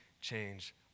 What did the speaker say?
change